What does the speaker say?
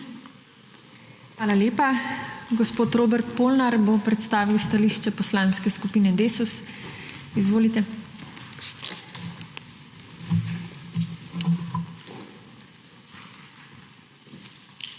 Hvala lepa. Gospod Robert Polnar bo predstavil stališče Poslanske skupine DeSUS. Izvolite.